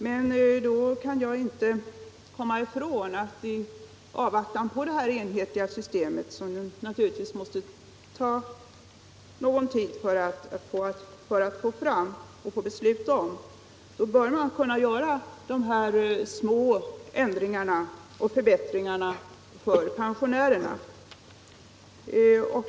Men jag kan inte komma ifrån att vi i avvaktan på det enhetliga systemet, som det naturligtvis tar viss tid att få fram ett beslut om, bör kunna göra dessa små ändringar och förbättringar för pensionärerna.